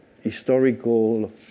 historical